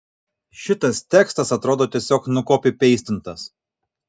šitas tekstas atrodo tiesiog nukopipeistintas